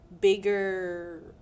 bigger